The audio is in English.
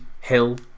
Hill